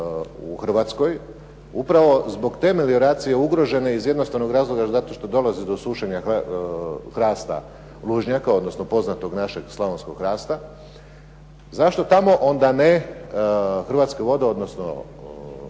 Hrvatskoj upravo zbog te melioracije ugrožene iz jednostavnog razloga što dolazi do sušenja hrasta lužnjaka, poznatog našeg slavonskog hrasta, zašto tamo onda ne hrvatske vode odnosno